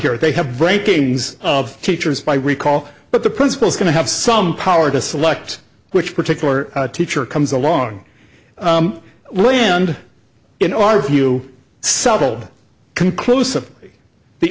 here they have breaking news of teachers by recall but the principal is going to have some power to select which particular teacher comes along land in our view settled conclusive the